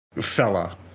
fella